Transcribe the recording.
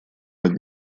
над